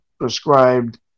prescribed